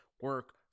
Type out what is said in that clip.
Work